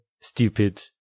stupid